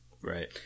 Right